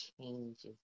changes